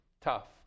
Tough